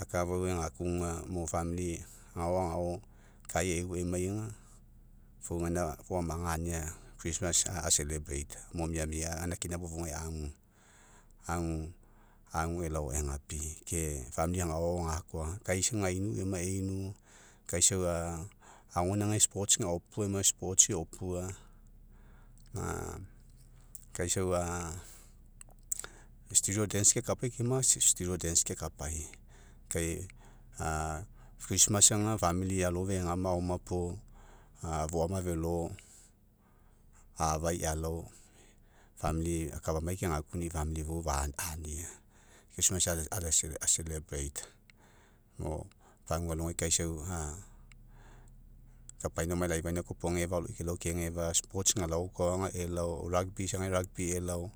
Akafau egakuga mo agao agao kai eu emai ga fou gaina foamaga ania a mo miamia kina fofouga agu. Agu, agu elao egapi, ke agao gakoa, kaisau gainu eoma, einu, kaisa a agoainaigai gaopua eoma, eopua, a kasiau, a kepau, kai a aga famili alo egama puo a, foama felo, a'afai alao, akafamai kegakugani'i fou ania. a o, pagua alogai kaisau a, kapaina loifania koa iopoga, gefa aloi elao gefa galao koa elao isaga elao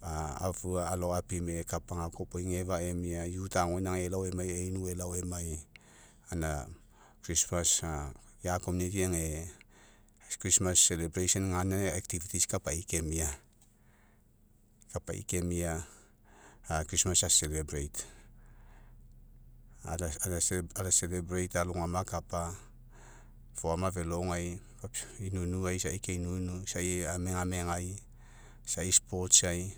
a afua alao opime'e, kapa gakoa iopoi, gefa emia, agoa inagai elao emai, einu elao emai, gaina a ia age gaina kapai kemia, kapai kemia a kapai kemia, kapai kemia a alogama akapa, foama velogai, inuinuai, isai keiniunu, isai megamegai, isai ai,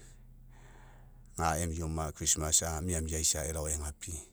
ga emia oma miamia aisa elao egapi.